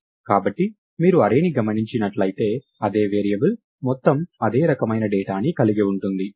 కాబట్టి మీరు అర్రేని గమనించినట్లయితే అదే వేరియబుల్ మొత్తం అదే రకమైన డేటా ని కలిగి ఉంటుంది